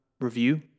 review